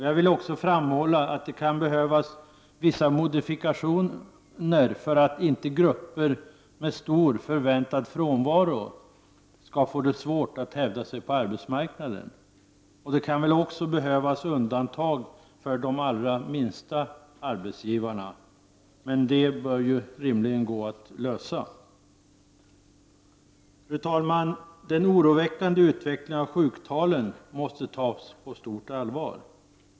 Jag vill också framhålla att det kan behövas vissa modifikationer för att inte grupper med stor förväntad frånvaro skall få svårt att hävda sig på arbetsmarknaden. Det kan också behövas undantag för arbetsgivare med endast några få anställda. Det bör vara möjligt att införa ett sådant undantag. Fru talman! Den oroväckande utvecklingen av sjuktalen måste tas på allvar.